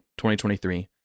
2023